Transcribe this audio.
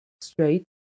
straight